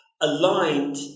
aligned